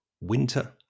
winter